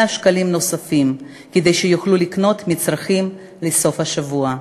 שקלים נוספים כדי שיוכלו לקנות מצרכים לסוף השבוע.